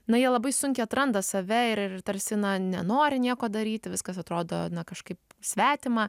na jie labai sunkiai atranda save ir tarsi na nenori nieko daryti viskas atrodo kažkaip svetima